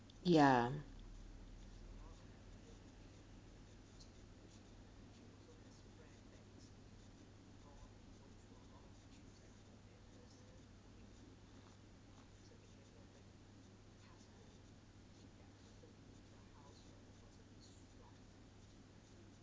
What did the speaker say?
ya